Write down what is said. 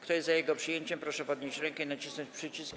Kto jest za jego przyjęciem, proszę podnieść rękę i nacisnąć przycisk.